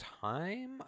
time